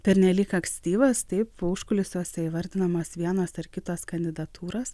pernelyg ankstyvas taip užkulisiuose įvardinamos vienos ar kitos kandidatūros